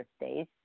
birthdays